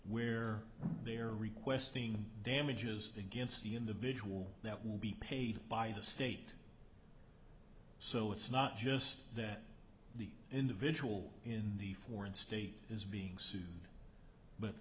where they are requesting damages against the individual that will be paid by the state so it's not just that the individual in the foreign state is being sued but